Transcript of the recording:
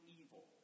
evil